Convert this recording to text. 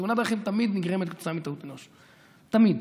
תאונת דרכים תמיד נגרמת כתוצאה מטעות אנוש, תמיד,